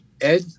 Ed